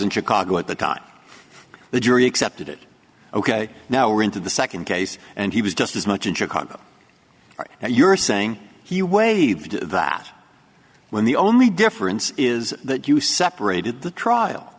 in chicago at the cot the jury accepted it ok now we're into the second case and he was just as much in chicago right now you're saying he waived that when the only difference is that you separated the trial